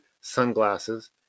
sunglasses